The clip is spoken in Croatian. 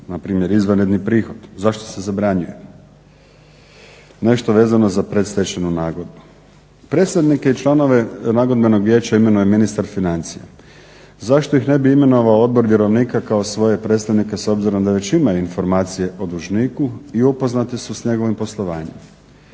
npr. izvanredni prihod, zašto se zabranjuje. Nešto vezano za predstečajnu nagodbu. Predstavnike i članove Nagodbenog vijeća imenuje ministar financija. Zašto ih ne bi imenovao Odbor vjerovnika kao svoje predstavnike s obzirom da već imaju informacije o dužniku i upoznati su s njegovim poslovanjem.